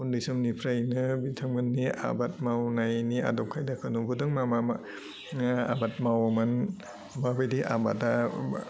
उन्दै समनिफ्रायनो बिथांमोननि आबाद मावनायनि आदब खायदाखौ नुबोदों मा मा मा आबाद मावोमोन माबायदि आबादा